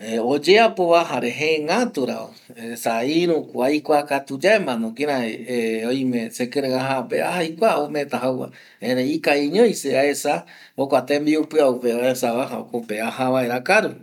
eh oyeapo va jare jegatu ra esa iru ko aikua katu yae ma no kirai, eh oime sekirei aja pe aja aikua ometa jau va erei ikaviñoi se aesa jokua tembiu piau aesa va jokope aja vaera akaru